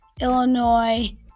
Illinois